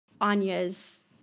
Anya's